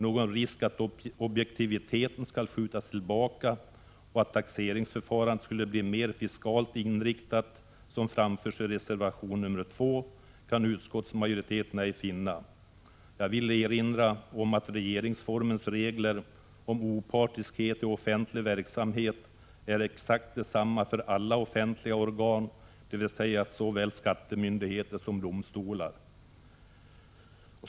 Någon risk att objektiviteten skall skjutas tillbaka och att taxeringsförfarandet skulle bli mer fiskalt inriktat, såsom framförs i reservation nr 2, kan utskottsmajoriteten ej finna. Jag vill erinra om att regeringsformens regler om opartiskhet i offentlig verksamhet är exakt desamma för alla offentliga organ, dvs. såväl skattemyndigheter som domstolar.